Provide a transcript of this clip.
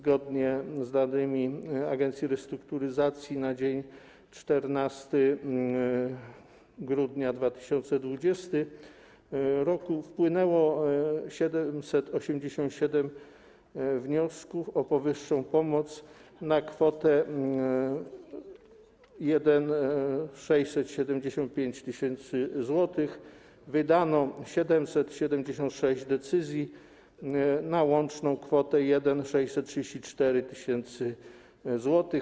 Zgodnie z danymi agencji restrukturyzacji na dzień 14 grudnia 2020 r. wpłynęło 787 wniosków o powyższą pomoc na kwotę 1675 tys. zł i wydano 776 decyzji na łączną kwotę 1634 tys. zł.